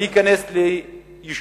אני אכנס לעניין